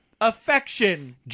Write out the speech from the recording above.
affection